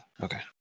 Okay